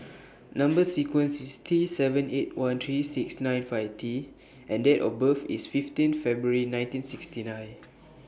Number sequence IS T seven eight one three six nine five T and Date of birth IS fifteen February nineteen sixty nine